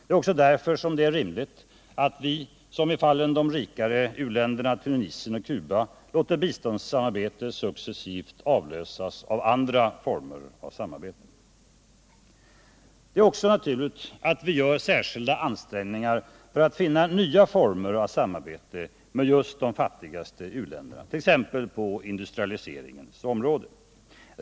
Det är också därför det är rimligt att vi, som i fallen med rikare u-länder såsom Tunisien och Cuba, låter biståndssamarbetet successivt avlösas av andra former för samarbete. Det är också naturligt att vi gör särskilda ansträngningar för att finna nya former av samarbete med just de fattigaste u-länderna, t.ex. på industrialiseringens område.